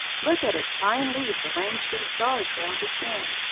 look at its fine leaves arranged in stars round the stem.